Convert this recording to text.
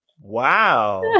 Wow